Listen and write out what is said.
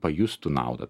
pajustų naudą